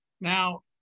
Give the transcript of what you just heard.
Now